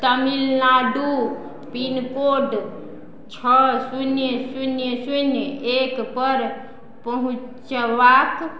Tamil Nadu pin code छओ शून्य शून्य शून्य एक पर पहुँचबाक